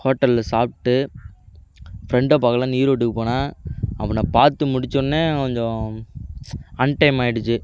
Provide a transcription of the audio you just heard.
ஹோட்டலில் சாப்பிட்டு ஃபிரெண்ட பார்க்கலான்னு ஈரோட்டுக்கு போனேன் அவன பார்த்து முடிச்சவொடன்னே கொஞ்சம் அன்டைம் ஆகிடுச்சி